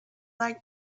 like